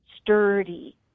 sturdy